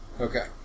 Okay